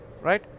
right